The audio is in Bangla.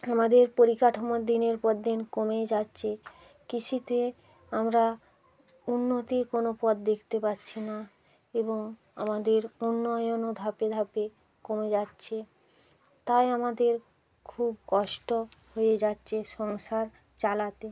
আমাদের পরিকাঠামো দিনের পর দিন কমেই যাচ্ছে কৃষিতে আমরা উন্নতির কোনো পথ দেখতে পাচ্ছি না এবং আমাদের উন্নয়নও ধাপে ধাপে কমে যাচ্ছে তাই আমাদের খুব কষ্ট হয়ে যাচ্ছে সংসার চালাতে